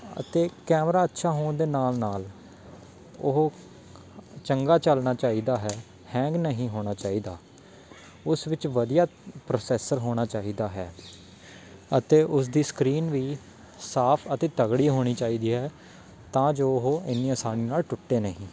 ਅਤੇ ਕੈਮਰਾ ਅੱਛਾ ਹੋਣ ਦੇ ਨਾਲ ਨਾਲ ਉਹ ਚੰਗਾ ਚੱਲਣਾ ਚਾਹੀਦਾ ਹੈ ਹੈਂਗ ਨਹੀਂ ਹੋਣਾ ਚਾਹੀਦਾ ਉਸ ਵਿੱਚ ਵਧੀਆ ਪ੍ਰੋਸੈਸਰ ਹੋਣਾ ਚਾਹੀਦਾ ਹੈ ਅਤੇ ਉਸਦੀ ਸਕਰੀਨ ਵੀ ਸਾਫ ਅਤੇ ਤਕੜੀ ਹੋਣੀ ਚਾਹੀਦੀ ਹੈ ਤਾਂ ਜੋ ਉਹ ਇੰਨੀ ਆਸਾਨੀ ਨਾਲ ਟੁੱਟੇ ਨਹੀਂ